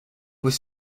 was